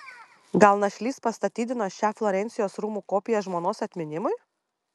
gal našlys pastatydino šią florencijos rūmų kopiją žmonos atminimui